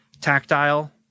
tactile